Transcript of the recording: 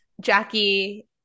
Jackie